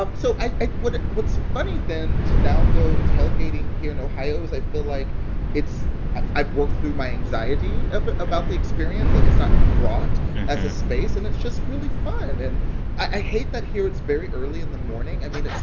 um so i what's funny then, to now go tailgating here in ohio, is i feel like it's i've worked through my anxiety about the experience. like, it's not fraught as a space. and it's just really fun. and i hate that here it's very early in the morning i mean,